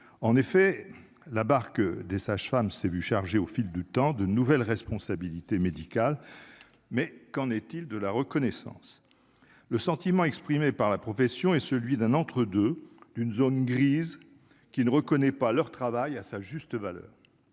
en effet la barque des sages-femmes s'est vu chargé au fil du temps, de nouvelles responsabilités médicales mais qu'en est-il de la reconnaissance, le sentiment exprimé par la profession et celui d'un entre-deux d'une zone grise qui ne reconnaît pas leur travail à sa juste valeur,